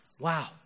wow